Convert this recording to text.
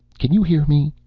can you hear me?